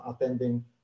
attending